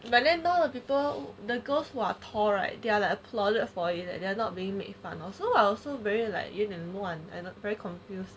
but then now the people the girls who are tall right they are like applauded for it and they are not being made fun also so I also very like 有点乱 very confused